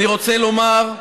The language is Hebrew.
אני רוצה לומר: